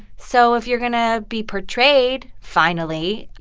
so if you're going to be portrayed finally,